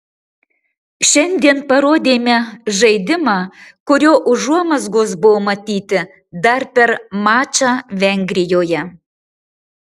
šiandien parodėme žaidimą kurio užuomazgos buvo matyti dar per mačą vengrijoje